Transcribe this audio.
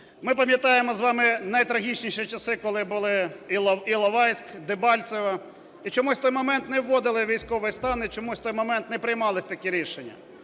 Ми пам'ятаємо з вами найтрагічніші часи, коли були Іловайськ, Дебальцеве. І чомусь в той момент не вводили військовий стан, і чомусь в той момент не приймалися такі рішення.